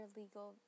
legal